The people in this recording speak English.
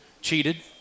cheated